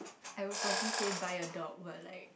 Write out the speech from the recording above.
I will probably say buy a dog but like